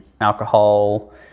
alcohol